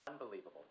Unbelievable